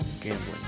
gambling